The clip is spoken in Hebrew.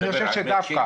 אני מדבר על המצ'ינג,